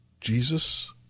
Jesus